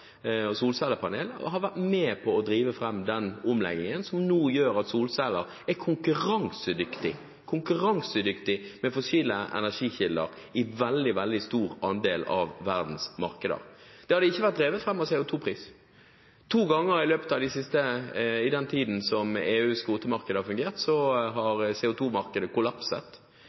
solceller og solcellepaneler, har vært med på å drive fram den omleggingen som nå gjør at solceller er konkurransedyktige med fossile energikilder i en veldig stor andel av verdens markeder. Dette har ikke vært drevet fram av CO2-priser. To ganger i løpet av den tiden EUs kvotemarked har fungert, har CO2-markedet kollapset.